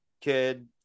kid